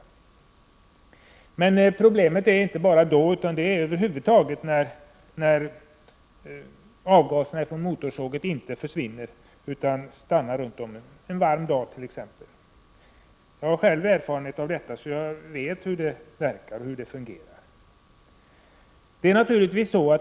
Problemen uppkommer emellertid inte bara då. De uppkommer över huvud taget då avgaser från motorsågen inte försvinner utan stannar runt om den som arbetar, t.ex. en varm dag. Jag har själv erfarenhet av detta, så jag vet hur detta fungerar.